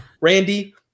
Randy